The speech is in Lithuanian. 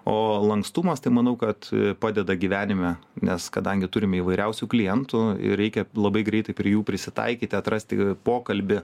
o lankstumas tai manau kad padeda gyvenime nes kadangi turime įvairiausių klientų ir reikia labai greitai prie jų prisitaikyti atrasti pokalbį